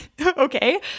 okay